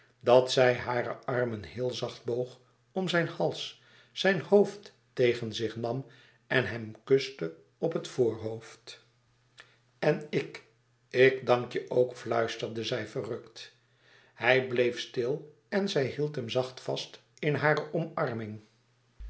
dat zij hare armen heel zacht boog om zijn hals zijn hoofd tegen zich nam en hem kuste op het voorhoofd en ik ik dank je ook fluisterde zij verrukt hij bleef stil en zij hield hem zacht vast in hare omarming